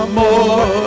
more